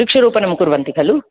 वृक्षरूपणं कुर्वन्ति खलु